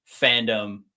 fandom